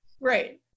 Right